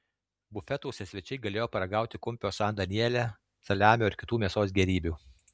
bufetuose svečiai galėjo paragauti kumpio san daniele saliamio ir kitų mėsos gėrybių